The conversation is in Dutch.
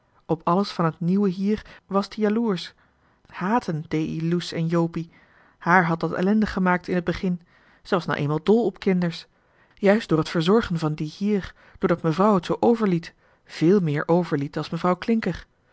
op alles van t nieuwe hier was t ie jaloersch haten dee ie loes en jopie haar had dat ellendig gemaakt in t begin ze was nou eenmaal dol op kinders juist door t verzorgen van die hier doordat mevrouw t johan de meester de zonde in het deftige dorp zoo overliet veel meer overliet a's mevrouw klincker